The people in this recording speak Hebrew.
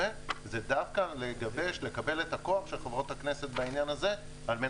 לקבל את הכוח של חברות הכנסת על מנת